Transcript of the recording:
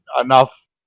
enough